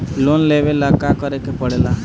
Loan लेबे ला का करे के पड़े ला?